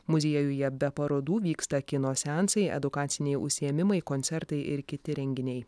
muziejuje be parodų vyksta kino seansai edukaciniai užsiėmimai koncertai ir kiti renginiai